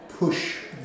Push